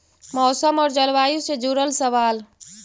मौसम और जलवायु से जुड़ल सवाल?